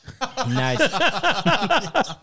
Nice